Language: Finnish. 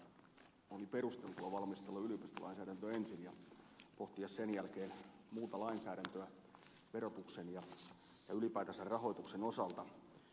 sarkomaa totesi että oli perusteltua valmistella yliopistolainsäädäntö ensin ja pohtia sen jälkeen muuta lainsäädäntöä verotuksen ja ylipäätänsä rahoituksen osalta